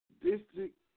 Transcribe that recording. District